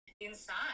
inside